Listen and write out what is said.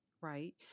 Right